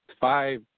five